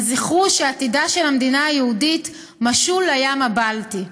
אבל זכרו שעתידה של המדינה היהודית משול לים הבלטי.